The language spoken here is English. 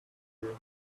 you